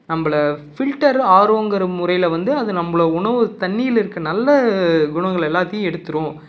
நம்மளை ஃபில்டர் ஆரோங்கிற முறையில் வந்து அது நம்மளை உணவு தண்ணியில் இருக்க நல்ல குணங்களை எல்லாத்தையும் எடுத்துடும்